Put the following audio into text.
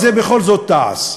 זה בכל זאת תע"ש.